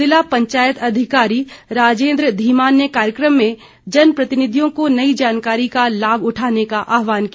ज़िला पंचायत अधिकारी राजेन्द्र धीमान ने कार्यक्रम में जन प्रतिनिधियों को नई जानकारी का लाभ उठाने का आहवान किया